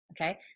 Okay